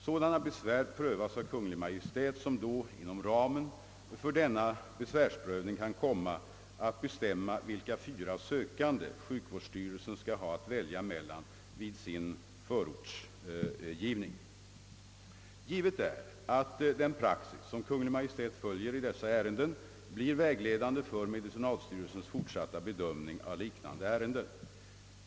Sådana besvär prövas av Kungl. Maj:t, som då inom ramen för denna besvärsprövning kan komma att bestämma vilka fyra sökande sjukvårdsstyrelsen skall ha att välja mellan vid sin förordsgivning. Givet är att den praxis, som Kungl. Maj:t följer i dessa ärenden, blir vägledande för medicinalstyrelsens fortsatta bedömning av liknande ärenden.